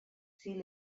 see